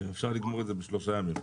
אפשר לגמור את זה בשלושה ימים.